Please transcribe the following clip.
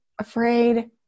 afraid